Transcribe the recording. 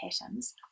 patterns